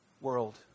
world